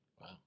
Wow